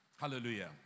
Hallelujah